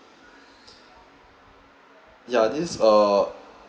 yeah this is uh